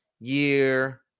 year